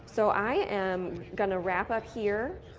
so i am going to wrap up here,